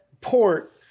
port